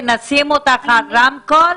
ונשים אותך על רמקול,